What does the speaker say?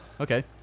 Okay